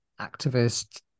activist